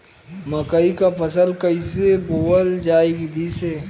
मकई क फसल कईसे बोवल जाई विधि से?